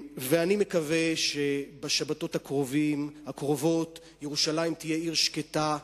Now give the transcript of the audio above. אני מקווה שבשבתות הקרובות ירושלים תהיה עיר שקטה.